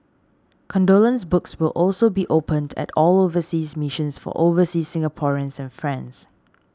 condolence books will also be opened at all overseas missions for overseas Singaporeans and friends